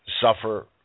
suffer